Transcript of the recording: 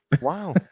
wow